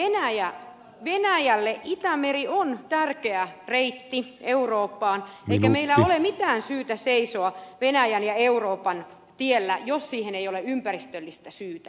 venäjälle itämeri on tärkeä reitti eurooppaan eikä meillä ole mitään syytä seisoa venäjän ja euroopan tiellä jos siihen ei ole ympäristöllistä syytä